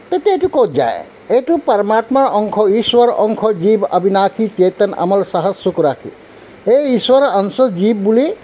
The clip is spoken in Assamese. তেতিয়া এইটো ক'ত যায় এইটো পৰ্মাত্মা অংশ ঈশ্বৰৰ অংশ জীৱ অৱিনাশী কেতন অমৰ সাহস চুক ৰাখি এই ঈশ্বৰৰ অংশ জীৱ বুলি